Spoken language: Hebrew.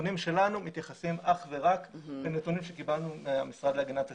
הנתונים שלנו מתייחסים אך ורק לנתונים שקיבלנו מהמשרד להגנת הסביבה.